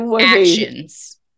actions